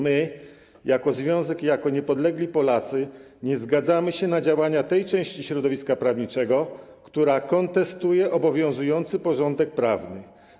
My, jako Związek i jako niepodlegli Polacy, nie zgadzamy się na działania tej części środowiska prawniczego, która kontestuje obowiązujący porządek prawny.